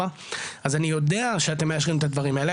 אז אני יודע שאתם מאשרים את הדברים האלה,